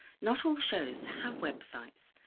not all shows have websites,